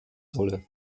solle